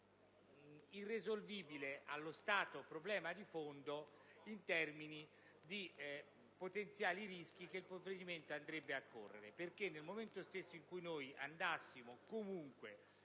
irrisolvibile problema di fondo in termini dei potenziali rischi che il provvedimento andrebbe a correre. Infatti, nel momento stesso in cui andassimo ad